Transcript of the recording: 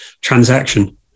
transaction